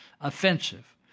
offensive